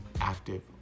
active